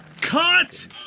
Cut